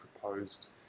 proposed